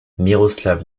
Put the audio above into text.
miroslav